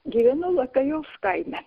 gyvenu lakajos kaime